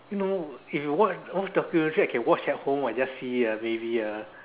no if you watch watch documentary I can watch at home or just see a maybe a